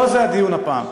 לא זה הדיון הפעם.